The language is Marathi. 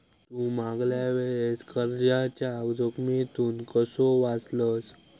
तू मागल्या वेळेस कर्जाच्या जोखमीतून कसो वाचलस